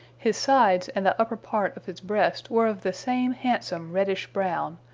his sides and the upper part of his breast were of the same handsome reddish-brown,